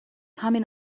همین